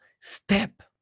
step